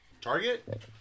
Target